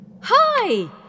Hi